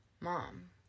mom